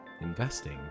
investing